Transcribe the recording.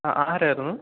ആരായിരുന്നു